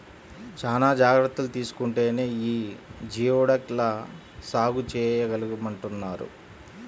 చానా జాగర్తలు తీసుకుంటేనే యీ జియోడక్ ల సాగు చేయగలమంటన్నారు